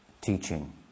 teaching